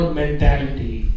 mentality